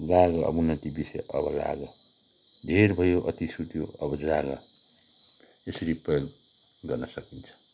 लाग अब उन्नति विषय अब लाग धेर भयो अति सुत्यो अब जाग यसरी प्रयोग गर्न सकिन्छ